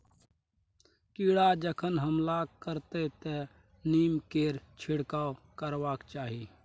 कीड़ा जखन हमला करतै तँ नीमकेर छिड़काव करबाक चाही